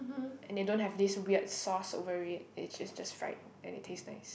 and they don't have this weird sauce over it they just just fried and it taste nice